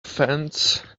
fence